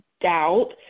doubt